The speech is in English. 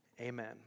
Amen